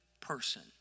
person